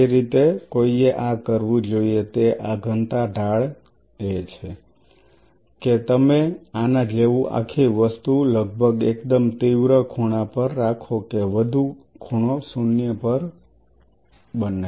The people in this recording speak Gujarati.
જે રીતે કોઈએ આ કરવું જોઈએ તે આ ઘનતા ઢાળએ છે કે તમે આના જેવું આખી વસ્તુ લગભગ એકદમ તીવ્ર ખૂણા પર રાખો કે વધુ ખૂણો શૂન્ય પર બંધ કરવાનો પ્રકાર છે